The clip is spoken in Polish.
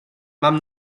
mam